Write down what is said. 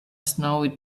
snowy